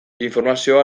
informazioa